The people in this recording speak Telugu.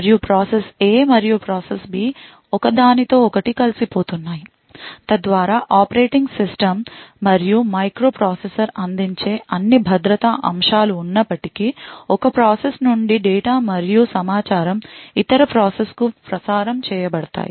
మరియు ప్రాసెస్ A మరియు ప్రాసెస్ B ఒక దానితో ఒకటి కలిసిపోతున్నాయి తద్వారా ఆపరేటింగ్ సిస్టమ్ మరియు మైక్రో ప్రాసెసర్ అందించే అన్ని భద్రతా అంశాలు ఉన్నప్పటికీ ఒక ప్రాసెస్ నుండి డేటా మరియు సమాచారం ఇతర ప్రాసెస్కు ప్రసారం చేయబడతాయి